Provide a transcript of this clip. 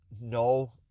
no